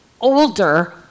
older